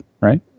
right